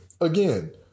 Again